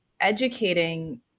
educating